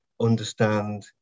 understand